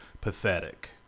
pathetic